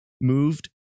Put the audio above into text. moved